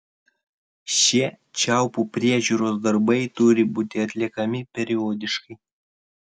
šie čiaupų priežiūros darbai turi būti atliekami periodiškai